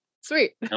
sweet